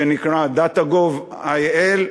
שנקרא data.gov.il,